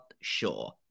Sure